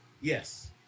Yes